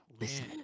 Listen